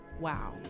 Wow